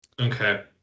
Okay